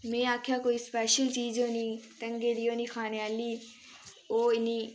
में आखेआ कोई स्पैशल चीज होनी ढंगै दी होनी खाने आह्ली ओह् इन्नी